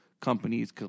companies